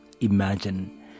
Imagine